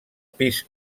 pis